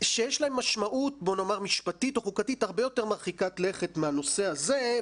שיש להם משמעות משפטית או חוקתית הרבה יותר מרחיקת לכת מהנושא הזה,